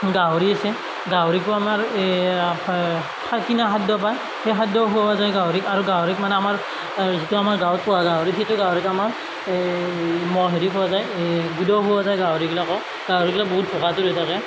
গাহৰি আছে গাহৰিকো আমাৰ এই কিনা খাদ্য পায় সেই খাদ্য খুওৱা যায় গাহৰিক আৰু গাহৰিক মানে আমাৰ যিটো আমাৰ গাঁৱত পোৱা গাহৰি সেইটো গাহৰিক আমাৰ মহ হেৰি খুওৱা যায় গুদাও খুওৱা যায় গাহৰিগিলাকক গাহৰিগিলাক বহুত ভোকাতুৰ হৈ থাকে